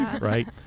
right